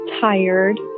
tired